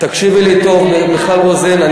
תקשיבי לי טוב, מיכל רוזין.